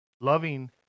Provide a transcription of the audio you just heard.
loving